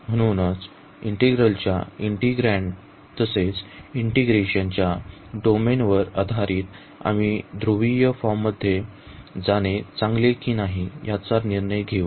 म्हणूनच इंटिग्रलच्या इंटीग्रँड तसेच इंटीग्रेशन च्या डोमेन वर आधारित आम्ही ध्रुवीय फॉर्मसाठी जाणे चांगले की नाही याचा निर्णय घेऊ